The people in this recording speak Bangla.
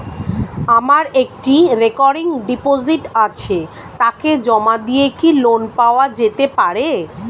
আমার একটি রেকরিং ডিপোজিট আছে তাকে জমা দিয়ে কি লোন পাওয়া যেতে পারে?